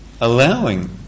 allowing